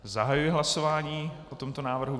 Zahajuji hlasování o tomto návrhu.